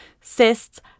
cysts